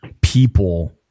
people